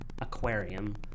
aquarium